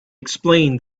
explained